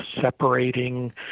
separating